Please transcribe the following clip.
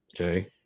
Okay